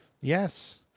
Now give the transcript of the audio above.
Yes